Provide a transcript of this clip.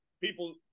people –